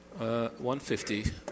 150